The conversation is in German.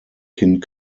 kind